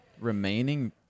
Remaining